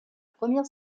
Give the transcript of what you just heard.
première